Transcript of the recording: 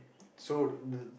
so the